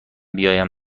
بیایم